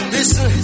Listen